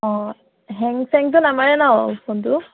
অঁ হেং চেংটো নামাৰে ন ফোনটো